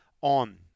on